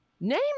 Name